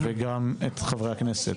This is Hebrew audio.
וגם את חברי הכנסת.